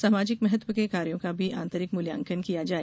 सामाजिक महत्व के कार्यों का भी आंतरिक मूल्यांकन किया जाये